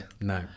no